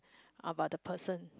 about the person